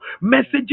Messages